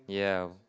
ya